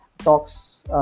Talks